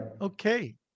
Okay